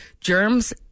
germs